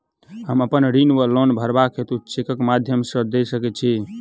हम अप्पन ऋण वा लोन भरबाक हेतु चेकक माध्यम सँ दऽ सकै छी?